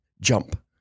Jump